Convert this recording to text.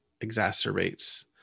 exacerbates